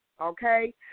okay